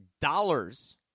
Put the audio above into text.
dollars